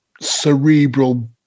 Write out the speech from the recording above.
cerebral